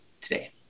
today